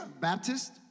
Baptist